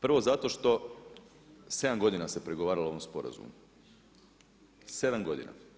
Prvo zato što 7 godina se pregovaralo o ovom sporazumu, 7 godina.